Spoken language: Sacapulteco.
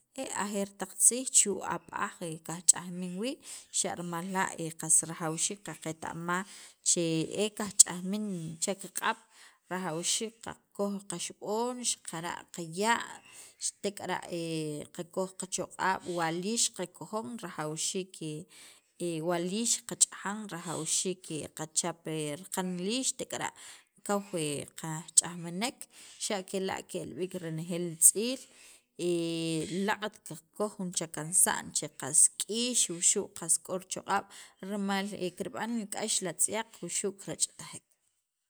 e ajeer taq tziij chu' ab'aj kajch'ajmin wii' xa' rimal la' qas qaqeta'maj che qajch'ajmin che qaq'ab' rajawxiik qakoj qaxib'on qaya' tek'ara' qakoj qachoq'a'b wa liix qakojon rajawxiik wa liix qach'ajan rajawxiik qachap raqan liix tek'ara' kaw qaajch'ajminek xa' kela' ke'l b'iik renejeel tz'iil laaq't qakoj jun chakansa'n che qas k'iix wuxu' qas k'o richoq'a'b rimal kirb'an k'ax li atz'yaq wuxu' kirach'tajek.